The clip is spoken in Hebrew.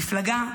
מפלגה,